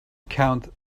count